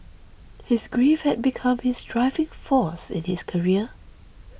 his grief had become his driving force in his career